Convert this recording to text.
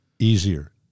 easier